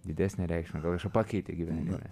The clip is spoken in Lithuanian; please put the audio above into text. didesnę reikšmę gal kažką pakeitė gyvenime